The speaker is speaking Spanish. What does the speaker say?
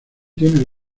tiene